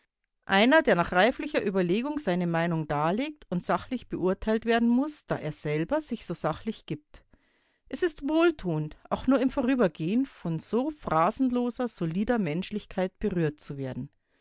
einer der nach reiflicher überlegung seine meinung darlegt und sachlich beurteilt werden muß da er selber sich so sachlich gibt es ist wohltuend auch nur im vorübergehen von so phrasenloser solider menschlichkeit berührt zu werden